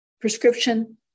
prescription